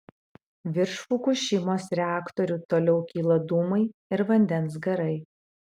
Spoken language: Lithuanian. virš fukušimos reaktorių toliau kyla dūmai ir vandens garai